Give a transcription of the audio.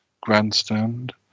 Grandstand